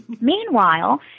meanwhile